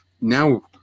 now